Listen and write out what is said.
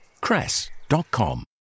Cress.com